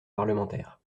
parlementaires